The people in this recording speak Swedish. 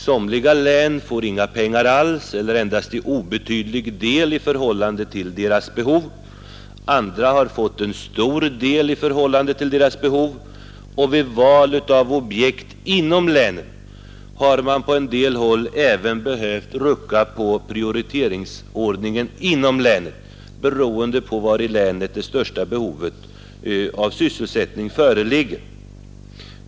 Somliga län får inga pengar alls eller endast en obetydlig del i förhållande till sina behov, andra har fått en stor del i förhållande till sina behov och vid valet av objekt inom länen har man på en del håll även behövt rucka på prioriteringsordningen inom länet beroende på var i länet det största behovet av sysselsättning föreligger.